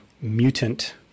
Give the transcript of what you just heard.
mutant